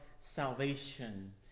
salvation